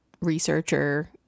researcher